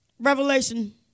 Revelation